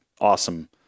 awesome